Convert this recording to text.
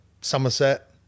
Somerset